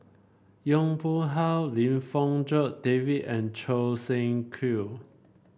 Yong Pung How Lim Fong Jock David and Choo Seng Quee